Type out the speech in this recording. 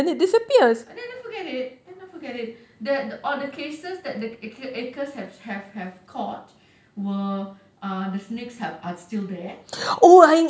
ah then forget it then forget it the cases that ACRES have have caught were the snakes are still there